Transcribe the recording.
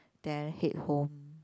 then I head home